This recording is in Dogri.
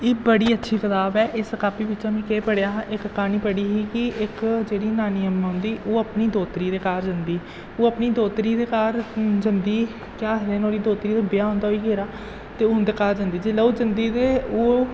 एह् बड़ी अच्छी कताब ऐ इस कापी बिच्चा में केह् पढ़ेआ हा इक क्हानी पढ़ी ही कि इक जेह्ड़ी नानी अम्मा होंदी ओह् अपनी दोह्तरी दे घर जंदी ओह् अपनी दोह्तरी दे घर जंदी केह् आखदे आखदे नुहाड़ी दोह्तरी दा ब्याह् होंदा होई गेदा होंदा ते उं'दे घर जंदी जिसलै ओह् जंदी ते ओह्